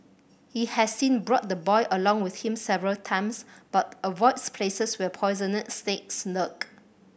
he has since brought the boy along with him several times but avoids places where poisonous snakes lurk